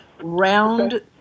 round